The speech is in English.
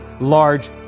large